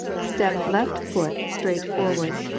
step left foot straight forward,